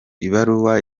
ibaruwa